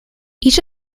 each